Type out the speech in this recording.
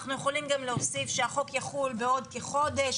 אנחנו יכולים גם להוסיף שהחוק יחול בעוד כחודש.